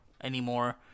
anymore